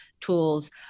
tools